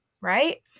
right